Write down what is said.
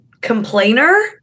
complainer